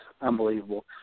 unbelievable